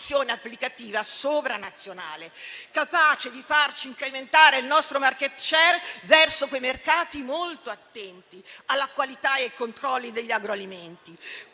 applicativa sovranazionale, capace di far incrementare il nostro *market share* verso quei mercati molto attenti alla qualità e ai controlli degli agroalimenti.